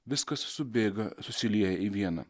viskas subėga susilieja į vieną